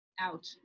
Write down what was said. out